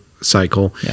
cycle